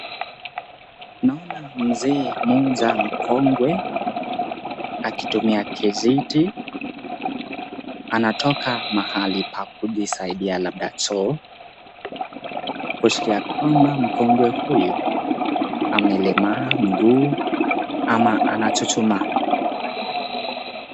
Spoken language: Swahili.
Naona mzee mmoja mkongwe akitumia kijiti anatoka mahali pa kujisaidia labda choo, kuashiria kwamba mkongwe huyu amelemaa mguu ama anachuchuma.